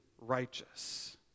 righteous